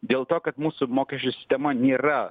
dėl to kad mūsų mokesčių sistema nėra